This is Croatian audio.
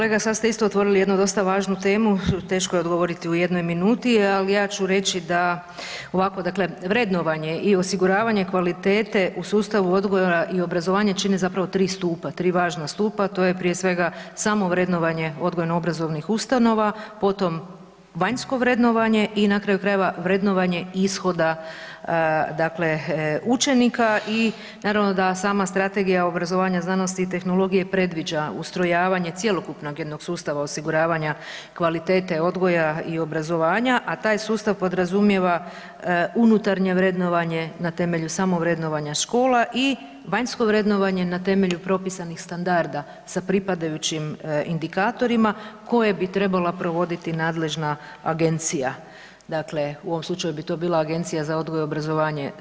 Kolega, sad ste isto otvorili jednu dosta važnu temu, teško je odgovoriti u jednoj minuti, ali ja ću reći da, ovako dakle, vrednovanje i osiguravanje kvalitete u sustavu odgoja i obrazovanja čine zapravo tri stupa, tri važna stupa, to je prije svega samovrednovanje odgojno-obrazovnih ustanova, potom, vanjsko vrednovanje i na kraju krajeva vrednovanje ishoda, dakle učenika i naravno da sama strategija obrazovanja znanosti i tehnologije predviđa ustrojavanje cjelokupnoga jednog sustava osiguravanja kvalitete odgoja i obrazovanja, a taj sustav podrazumijeva unutarnje vrednovanje na temelju samovrednovanja škola i vanjsko vrednovanje na temelju propisanih standarda, sa pripadajućim indikatorima koja bi trebala provoditi nadležna agencija, dakle u ovom slučaju bi to bila Agencija za odgoj i obrazovanje.